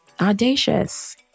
audacious